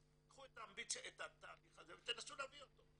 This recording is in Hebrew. קחו את התהליך הזה ותנסו להביא אותו.